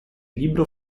libro